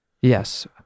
yes